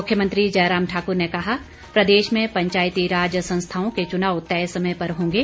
मुख्यमंत्री जयराम ठाकुर ने कहा प्रदेश में पंचायती राज संस्थाओं के चुनाव तय समय पर होंगे